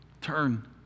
Turn